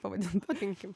pavadint vadinkim